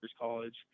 college